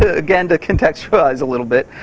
again, to contextualize a little bit.